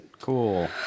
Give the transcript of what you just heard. Cool